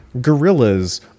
gorillas